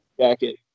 jacket